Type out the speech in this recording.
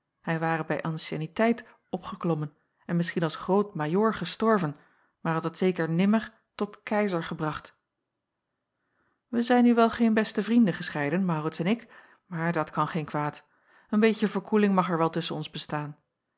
hij ware bij ancienneteit opgeklommen en misschien als groot majoor gestorven maar had het zeker nimmer tot keizer gebracht wij zijn nu wel geen beste vrienden gescheiden maurits en ik maar dat kan geen kwaad een beetje verkoeling mag er wel tusschen ons bestaan